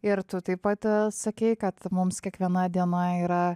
ir tu taip pat sakei kad mums kiekviena diena yra